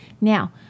Now